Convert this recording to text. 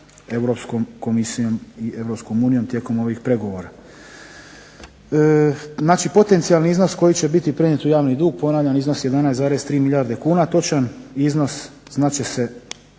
Europskom Komisijom i Europskom unijom tijekom ovih pregovora. Znači potencijalni iznos koji će biti prenijet u javni dug, ponavljam iznos 11,3 milijarde kuna, točan iznos znat će